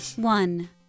One